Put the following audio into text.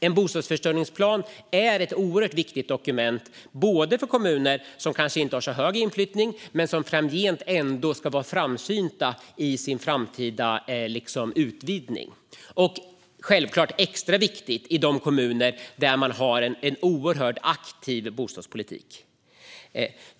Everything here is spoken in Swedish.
En bostadsförsörjningsplan är ett oerhört viktigt dokument för kommuner som kanske inte har så hög inflyttning men som ändå vill vara framsynta i en framtida utvidgning, och det är extra viktigt i de kommuner där det finns en oerhört aktiv bostadspolitik.